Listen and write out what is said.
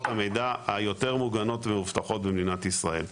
המידע היותר מוגנות ומאובטחות במדינת ישראל.